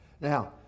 Now